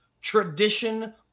tradition